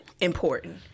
important